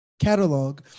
catalog